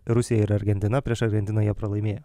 rusija ir argentina prieš argentiną jie pralaimėjo